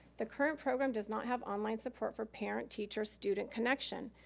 the current program does not have online support for parent, teacher, student connection.